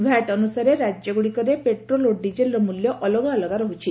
VAT ଅନୁସାରେ ରାଜ୍ୟ ଗୁଡ଼ିକରେ ପେଟ୍ରୋଲ ଓ ଡିକେଲର ମୂଲ୍ୟ ଅଲଗା ଅଲଗା ରହୁଛି